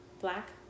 Black